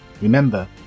remember